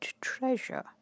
treasure